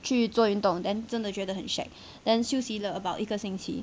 去做运动 then 真的觉得很 shag then 休息了 about 一个星期